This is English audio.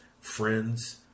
Friends